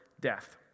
death